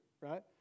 right